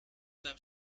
beim